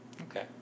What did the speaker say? okay